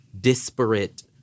disparate